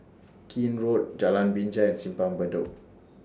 Keene Road Jalan Binja Simpang Bedok